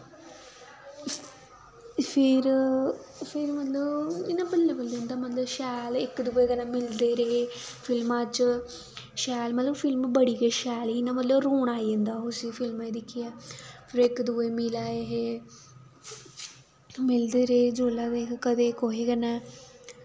फिर फिर मतलब इ'यां बल्लें बल्लें उं'दा मतलब शैल इक दुए कन्नै मिलदे रेह् फिल्मा च शैल फिल्म मतलब बड़ी गै शैल ही इ'यां मतलब रोन आई जंदा हा उसी फिल्मै गी दिक्खियै फिर इक दुए गी मिला दा हे मिलदे रेह् जुल्लै कदैं कुसै कन्नै